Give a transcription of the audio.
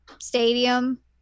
stadium